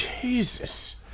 Jesus